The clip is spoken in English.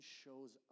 shows